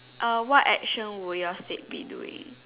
uh what action would your statue be doing